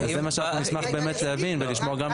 זה מה שאנחנו נשמח באמת להבין ולשמוע גם את משרד החקלאות.